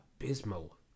abysmal